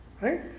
Right